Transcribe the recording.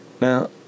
now